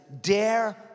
dare